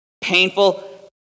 painful